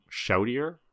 shoutier